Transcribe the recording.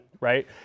right